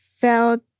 felt